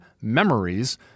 memories